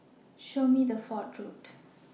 Show Me The Way to Fort Road